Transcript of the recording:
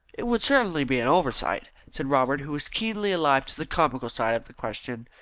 it would certainly be an oversight, said robert, who was keenly alive to the comical side of the question.